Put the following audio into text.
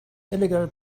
illegal